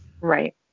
Right